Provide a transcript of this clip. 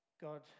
God